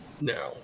now